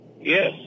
yes